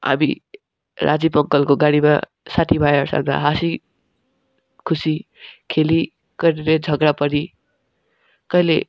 हामी राजिव अङ्कलको गाडीमा साथीभाइहरूसँग हाँसी खुसी खेली कहिले झगडा परी कहिले